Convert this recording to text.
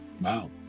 Wow